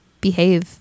behave